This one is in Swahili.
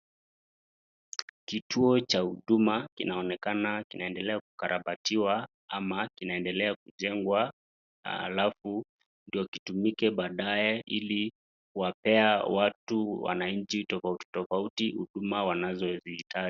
Kituo cha huduma inaonekana kuendekea kukarabatiwa ama inaendelea kujengwa alfu ndio itumike badae lii wapea watu wanainchi tofauti tofauti huduma ambazo wanazitaka.